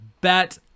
bet